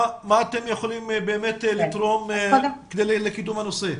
מה אתם יכולים לתרום לקידום הנושא?